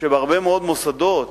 שבהרבה מאוד מוסדות